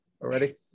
already